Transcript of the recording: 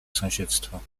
sąsiedztwo